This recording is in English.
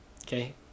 okay